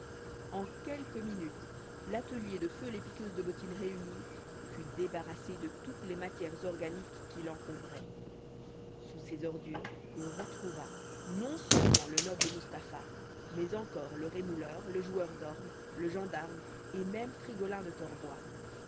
en quelques minutes l'atelier de feu les piqueuses de bottines réunies fut débarrassé de toutes les matières organiques qui l'encombraient sous ces ordures on retrouva non seulement le noble mustapha mais encore le rémouleur le joueur d'orgues le gendarme et même frigolin de torboy